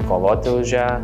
kovoti už ją